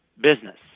business